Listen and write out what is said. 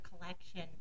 collection